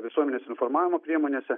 visuomenės informavimo priemonėse